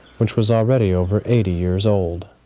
which was already over eighty years old.